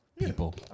People